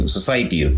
Society